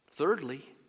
Thirdly